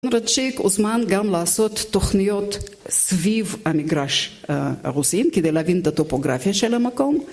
רציק אוזמן גם לעשות תוכניות סביב המגרש הרוסיים כדי להבין את הטופוגרפיה של המקום